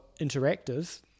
interactive